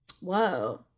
Whoa